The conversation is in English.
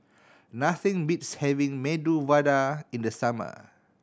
nothing beats having Medu Vada in the summer